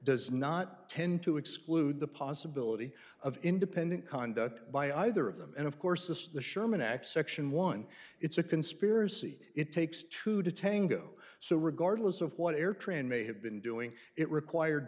does not tend to exclude the possibility of independent conduct by either of them and of course as the sherman act section one it's a conspiracy it takes two to tango so regardless of what air tran may have been doing it required